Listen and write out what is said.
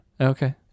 Okay